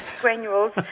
granules